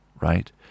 right